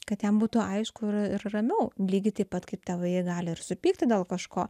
kad jam būtų aišku ir ir ramiau lygiai taip pat kaip tėvai gali ir supykti dėl kažko